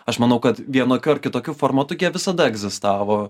aš manau kad vienokiu ar kitokiu formatu jie visada egzistavo